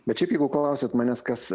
bet šiaip jeigu klausiat manęs kas